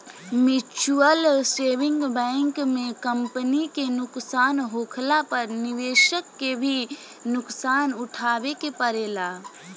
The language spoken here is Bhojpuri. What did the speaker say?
म्यूच्यूअल सेविंग बैंक में कंपनी के नुकसान होखला पर निवेशक के भी नुकसान उठावे के पड़ेला